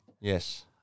Yes